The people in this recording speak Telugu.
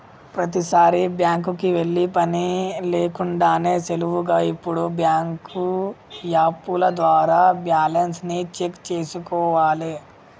ప్రతీసారీ బ్యాంకుకి వెళ్ళే పని లేకుండానే సులువుగా ఇప్పుడు బ్యాంకు యాపుల ద్వారా బ్యాలెన్స్ ని చెక్ చేసుకోవాలే